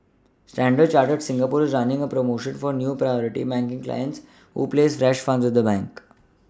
standard Chartered Singapore is running a promotion for new Priority banking clients who places fresh funds with the bank